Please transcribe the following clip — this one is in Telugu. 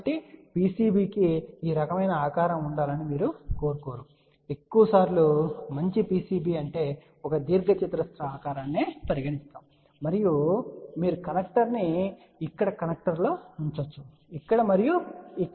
కాబట్టి PCB కి ఈ రకమైన ఆకారం ఉండాలని మీరు కోరుకోరు ఎక్కువ సార్లు మంచి PCB అంటే ఒక దీర్ఘచతురస్రాకార ఆకారాన్ని పరిగణిస్తారు మరియు మీరు కనెక్టర్ను ఇక్కడ కనెక్టర్లో ఉంచవచ్చు ఇక్కడ మరియు ఇక్కడ కనెక్టర్